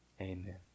Amen